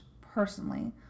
personally